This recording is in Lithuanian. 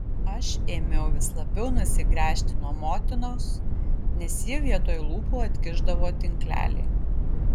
aš ėmiau vis labiau nusigręžti nuo motinos nes ji vietoj lūpų atkišdavo tinklelį